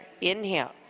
Inhale